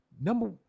Number